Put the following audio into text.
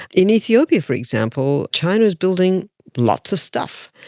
in ethiopia, for example, china is building lots of stuff,